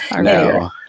No